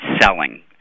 selling